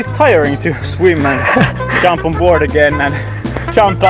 tiring to swim and jump onboard again and jump out